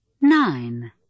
Nine